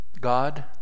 God